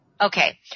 Okay